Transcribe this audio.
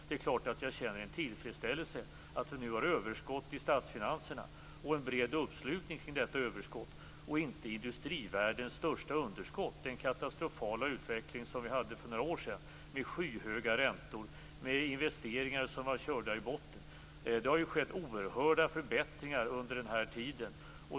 Det är klart att jag känner en tillfredsställelse över att vi nu har överskott i statsfinanserna och en bred uppslutning kring detta överskott och inte industrivärldens största underskott - den katastrofala utveckling som vi hade för några år sedan med skyhöga räntor och investeringar som var körda i botten. Det har skett oerhörda förbättringar under den här tiden.